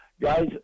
guys